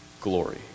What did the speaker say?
glory